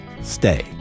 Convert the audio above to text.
Stay